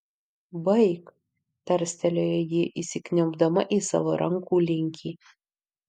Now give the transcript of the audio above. baik tarstelėjo ji įsikniaubdama į savo rankų linkį